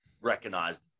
recognized